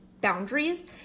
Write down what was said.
boundaries